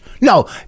No